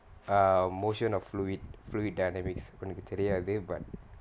err motion of fluid fluid dynamics எனக்கு தெரியாது:enakku theriyaathu but